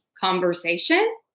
conversation